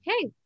Okay